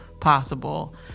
possible